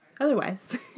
otherwise